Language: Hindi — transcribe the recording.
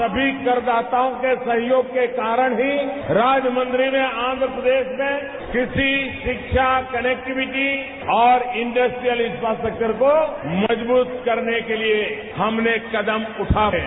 सभी करदाताओं के सहयोग के कारण ही राजामुन्दरी में आन्ध्रप्रदेश में कृषि शिक्षा कनेक्टिविटी और इंडस्ट्रियल इन्फ्रास्टक्वर को मजबूत करने के लिए हमने कदम उठाये है